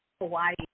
Hawaii